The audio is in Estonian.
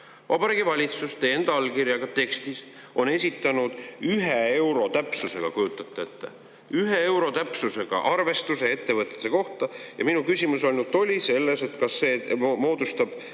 Vabariigi Valitsus teie enda allkirjaga tekstis on esitanud ühe euro täpsusega – kujutate ette, ühe euro täpsusega! – arvestuse ettevõtete kohta. Ja minu küsimus oli ainult selles, et kas see moodustab,